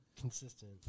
consistent